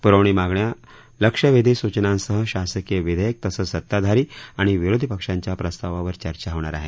पुरवणी मागण्या लक्षवेधी सूचनासह शासकीय विधेयकं तसंच सत्ताधारी आणि विरोधी पक्षांच्या प्रस्तावावर चर्चा होणार आहे